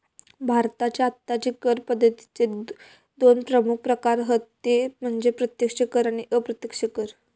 भारताची आत्ताची कर पद्दतीचे दोन प्रमुख प्रकार हत ते म्हणजे प्रत्यक्ष कर आणि अप्रत्यक्ष कर